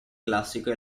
classico